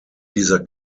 dieser